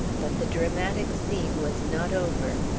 but the dramatic scene was not over.